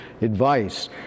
advice